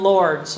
Lord